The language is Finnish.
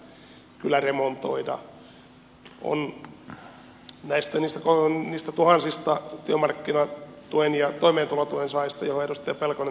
todistetusti viime kaudella tuli osoitetuksi että niistä tuhansista työmarkkinatuen ja toimeentulotuen saajista johdosta alkoi